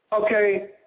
Okay